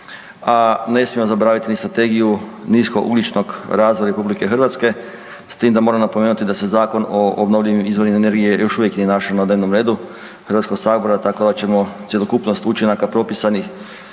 a ne smijemo zaboraviti ni Strategiju niskougljičnog razvoja RH s tim da moramo napomenuti da se Zakon o obnovljivim izvorima energije još uvijek nije našao na dnevnom redu HS, tako da ćemo cjelokupnost učinaka propisanih